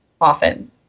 often